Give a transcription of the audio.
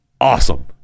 Awesome